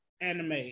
anime